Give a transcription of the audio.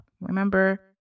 Remember